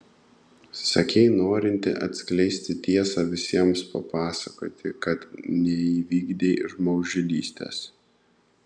sakei norinti atskleisti tiesą visiems papasakoti kad neįvykdei žmogžudystės